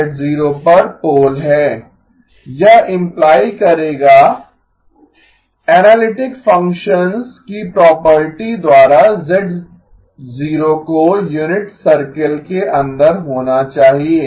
यह इम्प्लाई करेगा analytic functions की प्रॉपर्टी द्वारा z0 को यूनिट सर्कल के अंदर होना चाहिए